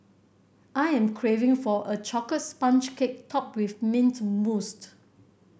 I am craving for a chocolate sponge cake topped with mint mousse